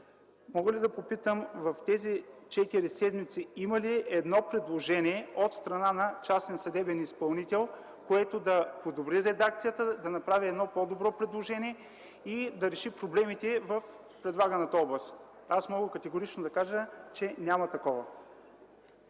Мога ли да попитам в тези четири седмици има ли едно предложение от страна на частен съдебен изпълнител, което да подобри редакцията, да направи едно по-добро предложение и да реши проблемите в предлаганата област? Аз мога категорично да кажа, че няма такова.